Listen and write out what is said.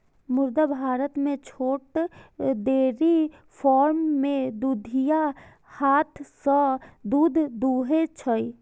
मुदा भारत मे छोट डेयरी फार्म मे दुधिया हाथ सं दूध दुहै छै